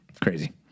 crazy